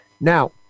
Now